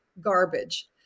garbage